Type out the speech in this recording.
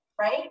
right